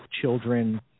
children